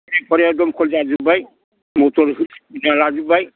नखरैया दमखल जाजोब्बाय मटर हो होना लाजोब्बाय